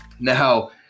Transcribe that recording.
Now